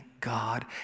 God